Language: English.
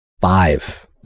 Five